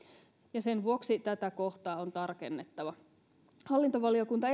ja sen vuoksi tätä kohtaa on tarkennettava hallintovaliokunta